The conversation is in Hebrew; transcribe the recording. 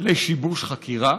לשיבוש חקירה,